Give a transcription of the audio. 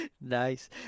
Nice